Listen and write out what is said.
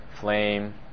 flame